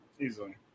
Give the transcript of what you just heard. Easily